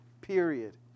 Period